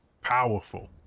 powerful